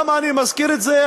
למה אני מזכיר את זה?